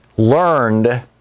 learned